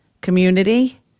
community